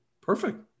perfect